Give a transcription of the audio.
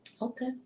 Okay